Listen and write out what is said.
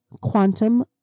quantum